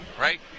right